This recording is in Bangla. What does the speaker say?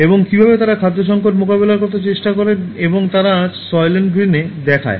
এবং কীভাবে তারা খাদ্য সংকট মোকাবেলা করার চেষ্টা করে এবং তারা সয়লেন্ট গ্রিনে দেখায়